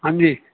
ہاں جی